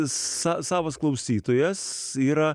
savas klausytojas yra